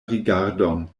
rigardon